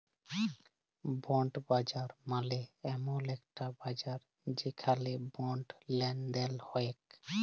bond বাজার মালে এমল একটি বাজার যেখালে বন্ড লেলদেল হ্য়েয়